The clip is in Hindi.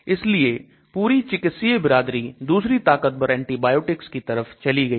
इसलिए पूरी चिकित्सीय बिरादरी दूसरी ताकतवर एंटीबायोटिक्स की तरफ चली गई है